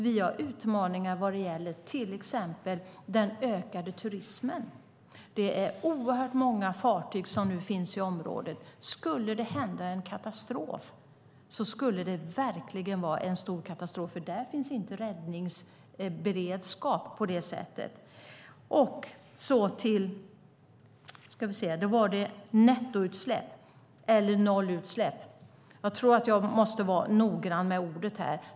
Vi har utmaningar till exempel när det gäller den ökade turismen. Det är oerhört många fartyg som nu finns i området. Skulle det hända en katastrof vore det verkligen allvarligt, för där finns inte räddningsberedskap på samma sätt som på andra håll. Sedan var frågan om det gällde nettoutsläpp eller nollutsläpp. Jag måste vara noggrann med orden.